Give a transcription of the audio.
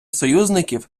союзників